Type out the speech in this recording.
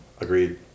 Agreed